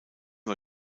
war